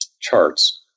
charts